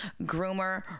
groomer